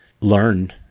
learn